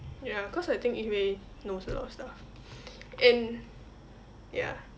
ya cause I think yi hui knows a lot of stuff and ya